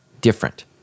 different